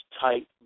tight